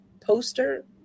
poster